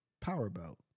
powerboat